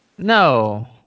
No